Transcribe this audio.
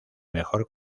mejor